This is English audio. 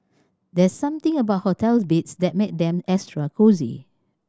there's something about hotel beds that make them extra cosy